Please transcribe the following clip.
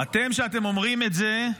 אתם שאתם אומרים את זה,